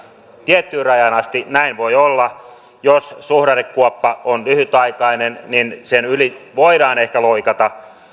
tiettyyn rajaan asti näin voi olla jos suhdannekuoppa on lyhytaikainen niin sen yli voidaan ehkä loikata